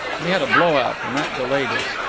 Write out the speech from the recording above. we had a blow-out, and that delayed us.